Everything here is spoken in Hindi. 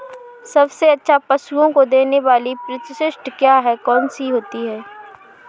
सबसे अच्छा पशुओं को देने वाली परिशिष्ट क्या है? कौन सी होती है?